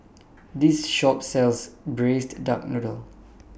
This Shop sells Braised Duck Noodle